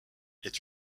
est